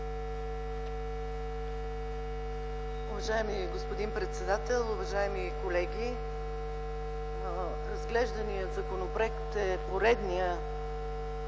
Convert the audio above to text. Уважаеми господин председател, уважаеми колеги! Разглежданият законопроект е поредният,